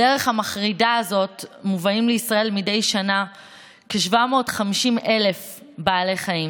בדרך המחרידה הזאת מובאים לישראל מדי שנה כ-750,000 בעלי חיים.